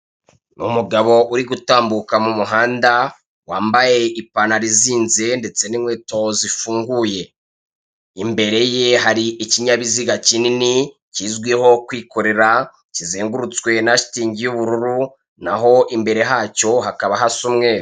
Numugabo uri gutambuka mumuhanda wambaye ipantaro izinze ndetse ninkweto zifunguye imbere ye hari ikinyabiziga kinini kizwiho kwikorera kizengurutswe na shitingi yubururu naho imbere hacyo hakaba hasa umweru.